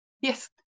Yes